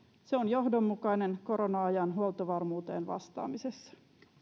se on johdonmukainen korona ajan huoltovarmuuteen vastaamisessa